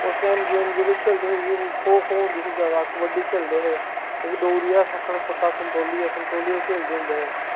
उस time game जेह्ड़े खेढदे हे खो खो होंदी ही जैदा कब्ड्डी खेढदे हे इक डोगरी च अस आखने सता संतोलिया संतोलिया खेढदे होंदे हे